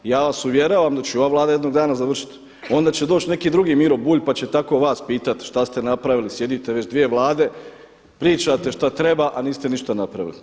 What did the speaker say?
Ja vas uvjeravam da će ova Vlada jednog dana završiti, onda će doći neki drugi Miro Bulj pa će tako vas pitati šta ste napravili, sjedite već dvije vlade, pričate šta treba a niste ništa napravili.